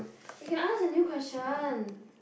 you can ask a new question